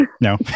No